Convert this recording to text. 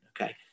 okay